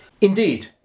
Indeed